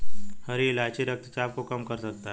हरी इलायची रक्तचाप को कम कर सकता है